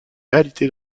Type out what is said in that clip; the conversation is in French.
réalité